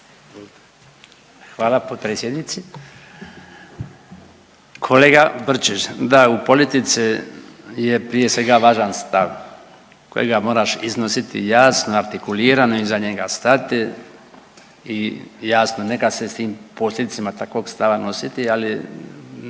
Hvala potpredsjednici. Kolega Brčić da u politici je prije svega važan stav kojega moraš iznositi jasno, artikulirano iza njega stati i jasno nekad se s tim posljedicama takvog stava nositi, ali birači građani cijene prepoznaju one